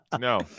No